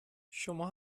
شما